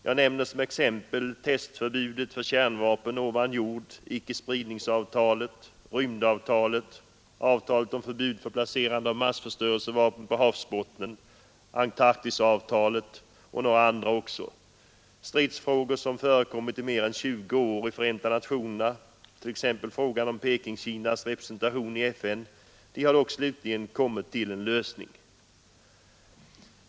Jag nämner som exempel testförbudet för kärnvapen ovan jord, icke-spridningsavtalet, rymdavtalet, avtalet om förbud för placerandet av massförstörelsevapen på havsbotten, Antarktisavtalet m.fl. Stridsfrågor, som förekommit i mer än 20 år inom Förenta nationerna, t.ex. frågan om Pekingkinas representation i FN, har dock slutligen kommit till en lösning.